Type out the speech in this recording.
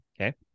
Okay